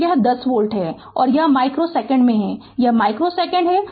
तो यह 10 वोल्ट है और यह माइक्रो सेकेंड में है यह माइक्रो सेकेंड है